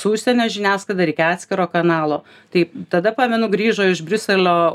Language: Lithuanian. su užsienio žiniasklaida reikia atskiro kanalo taip tada pamenu grįžo iš briuselio